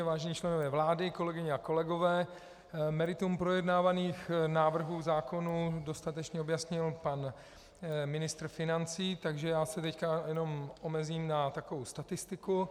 Vážení členové vlády, kolegyně a kolegové, meritum projednávaných návrhů zákonů dostatečně objasnil pan ministr financí, takže já se teď jenom omezím na takovou statistiku.